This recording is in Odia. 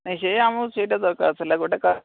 ନାଇଁ ସେୟା ଆମର ସେଇଟା ଦରକାର ଥିଲା ଗୋଟେ